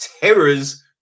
terrors